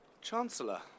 Chancellor